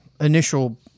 initial